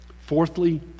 Fourthly